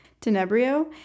Tenebrio